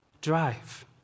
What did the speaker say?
drive